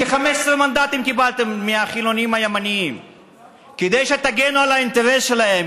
כ-15 מנדטים קיבלתם מהחילונים הימנים כדי שתגנו על האינטרס שלהם,